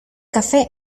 café